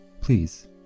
Please